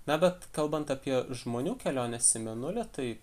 na bet kalbant apie žmonių keliones į mėnulį tai